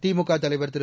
திமுக தலைவர் திரு